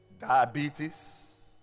diabetes